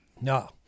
No